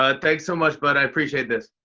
ah thanks so much, bud. i appreciate this.